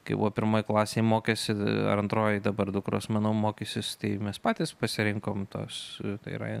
kai buvo pirmoj klasėj mokėsi ar antroj dabar dukros manau mokysis tai mes patys pasirinkom tuos tai yra